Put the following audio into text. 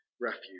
refuge